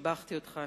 שיבחתי אותך,